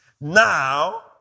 Now